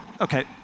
okay